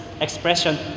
expression